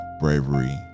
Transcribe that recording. bravery